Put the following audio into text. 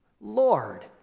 Lord